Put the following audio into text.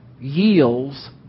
yields